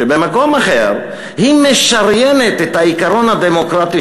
שבמקום אחר היא משריינת את העיקרון הדמוקרטי